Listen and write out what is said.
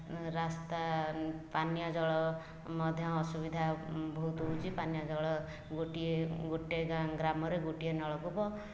ରାସ୍ତା ପାନୀୟ ଜଳ ମଧ୍ୟ ଆସୁବିଧା ବହୁତ ହେଉଛି ପାନୀୟ ଜଳ ଗୋଟିଏ ଗୋଟେ ଗ୍ରାମରେ ଗୋଟିଏ ନଳକୂପ